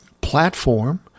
platform